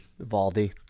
Valdi